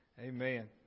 Amen